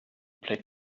play